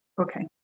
okay